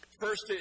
First